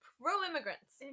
pro-immigrants